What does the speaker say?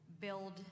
build